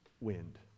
wind